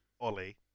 Ollie